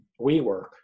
WeWork